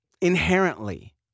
inherently